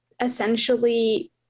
essentially